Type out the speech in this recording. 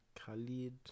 Khalid